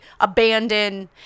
abandoned